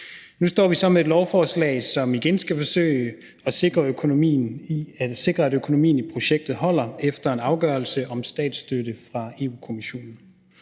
Nu står vi så med et lovforslag, som igen skal forsøge at sikre, at økonomien i projektet holder, efter en afgørelse om statsstøtte fra Europa-Kommissionen.